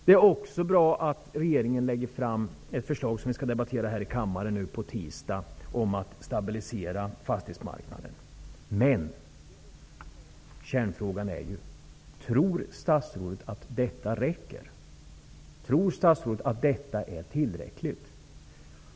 Det är också bra att regeringen lägger fram ett förslag om en stabilisering av fastighetsmarknaden, vilket vi skall diskutera här i kammaren på tisdag. Men kärnfrågan är: Tror statsrådet att detta är tillräckligt?